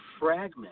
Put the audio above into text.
fragment